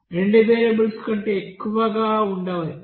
రెండు వేరియబుల్స్ కంటే ఎక్కువగా ఉండవచ్చు